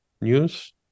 news